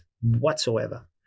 whatsoever